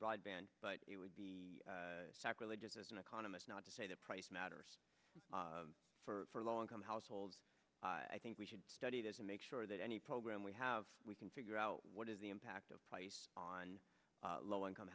broadband but it would be sacrilegious as an economist not to say that price matters for low income households i think we should study to make sure that any program we have we can figure out what is the impact of price on low income